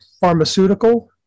pharmaceutical